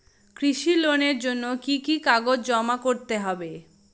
কৃষি লোনের জন্য কি কি কাগজ জমা করতে হবে?